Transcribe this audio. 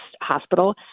hospital